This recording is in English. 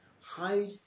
Hide